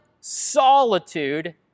solitude